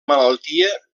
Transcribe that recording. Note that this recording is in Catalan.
malaltia